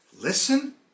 Listen